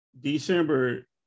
december